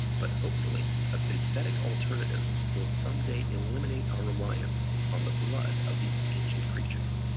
but hopefully a synthetic alternative will someday eliminate our reliance on the blood of these ancient creatures.